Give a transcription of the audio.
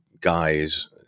guys